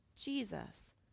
Jesus